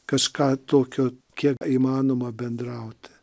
kažką tokio kiek įmanoma bendrauti